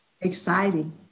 exciting